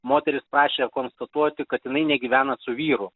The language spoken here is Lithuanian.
moteris prašė konstatuoti kad jinai negyvena su vyru